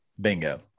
Bingo